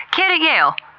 kid at yale!